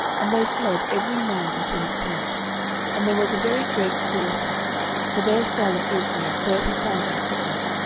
and they fled every man into his tent and there was a very great slaughter for there fell of israel thirty thousand footmen.